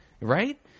Right